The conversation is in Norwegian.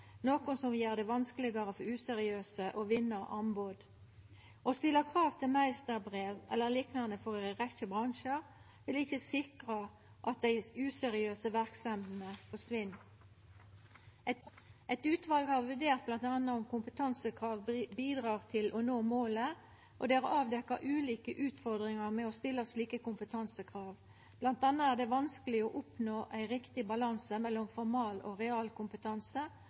noko som vil gjera det vanskelegare for useriøse å vinna anbod. Å stilla krav til meisterbrev eller liknande for ei rekkje bransjar vil ikkje sikra at dei useriøse verksemdene forsvinn. Eit utval har bl.a. vurdert om kompetansekrav bidreg til å nå målet, og det er avdekt ulike utfordringar med å stilla slike kompetansekrav. Det er bl.a. vanskeleg å oppnå ein riktig balanse mellom formal- og realkompetanse